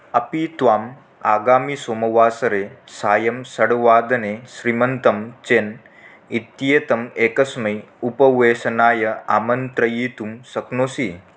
अपि त्वम् आगामिसोमवासरे सायं षड्वादने श्रीमन्तं चेन् इत्येतम् एकस्मै उपवेशनाय आमन्त्रयितुं शक्नोषि